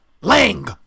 Lang